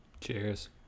Cheers